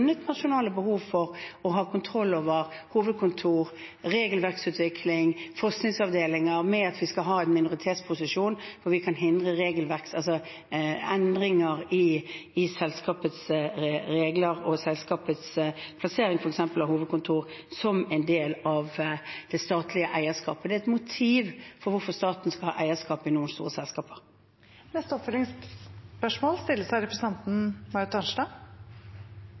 behov for å ha kontroll over hovedkontor, regelverksutvikling og forskningsavdelinger med at vi skal ha en minoritetsposisjon hvor vi kan hindre endringer i selskapets regler og selskapets plassering av f.eks. hovedkontor som en del av det statlige eierskapet. Det er et motiv for hvorfor staten skal ha eierskap i noen store selskaper. Det blir oppfølgingsspørsmål – først Marit Arnstad.